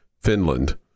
finland